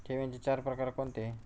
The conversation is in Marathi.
ठेवींचे चार प्रकार कोणते?